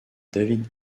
david